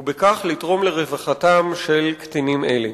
ובכך לתרום לרווחתם של קטינים אלה.